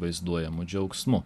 vaizduojamu džiaugsmu